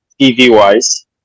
TV-wise